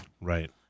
Right